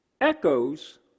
Echoes